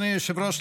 אדוני היושב-ראש,